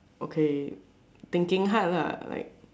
okay thinking hard lah like